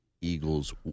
Eagles